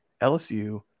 LSU